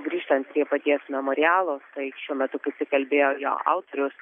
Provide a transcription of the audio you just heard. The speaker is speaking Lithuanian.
grįžtant prie paties memorialo tai šiuo metu kaip tik kalbėjo jo autorius